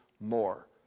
more